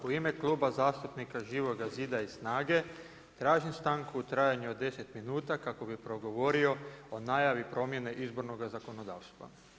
U ime Kluba zastupnika Živoga zida i SNAGA-e tražim stanku u trajanju od 10 min kako bih progovorio o najavi promjene izbornoga zakonodavstva.